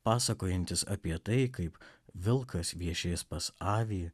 pasakojantis apie tai kaip vilkas viešės pas avį